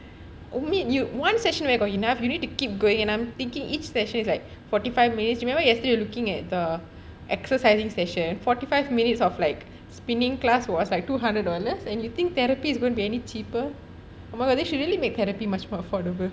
only you one session where got enough you need to keep going and I'm thinking each session is like forty five minutes remember yesterday looking at the exercising station forty five minutes of like spinning class was like two hundred dollars and you think therapy is going to be any cheaper really they should make therapy more affordable